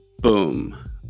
boom